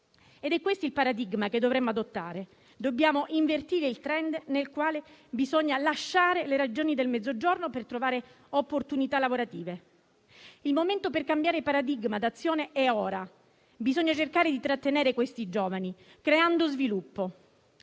ed è questo il paradigma che dovremmo adottare. Dobbiamo invertire il *trend* per cui bisogna lasciare le Regioni del Mezzogiorno per trovare opportunità lavorative. Il momento per cambiare paradigma d'azione è ora. Bisogna cercare di trattenere i giovani creando sviluppo.